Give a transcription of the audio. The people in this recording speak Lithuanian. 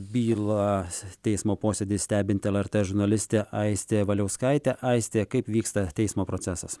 bylą teismo posėdį stebinti elartė žurnalistė aistė valiauskaitė aiste kaip vyksta teismo procesas